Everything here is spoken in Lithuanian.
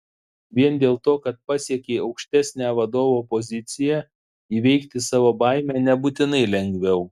vien dėl to kad pasiekei aukštesnę vadovo poziciją įveikti savo baimę nebūtinai lengviau